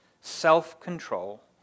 self-control